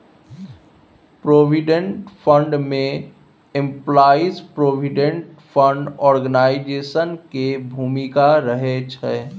provident fund में employees provident fund organisation के भूमिका रहइ छइ